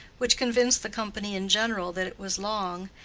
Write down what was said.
which convinced the company in general that it was long,